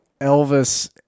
Elvis